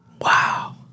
Wow